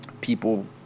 people